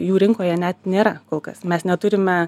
jų rinkoje net nėra kol kas mes neturime